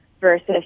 versus